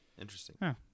interesting